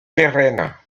pérennes